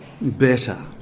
better